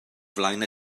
flaen